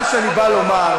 אנחנו לא בחוק,